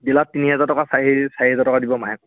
ডিলাৰত তিনি হাজাৰ টকা চাৰি হাজাৰ টকা দিব মাহে